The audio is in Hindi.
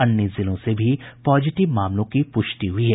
अन्य जिलों से भी पॉजिटिव मामलों की पुष्टि हुई है